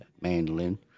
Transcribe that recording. mandolin